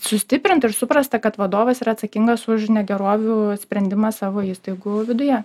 sustiprinta ir suprasta kad vadovas yra atsakingas už negerovių sprendimą savo įstaigų viduje